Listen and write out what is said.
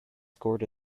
scored